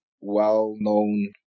well-known